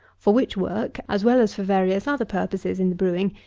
for which work, as well as for various other purposes in the brewing,